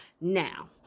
Now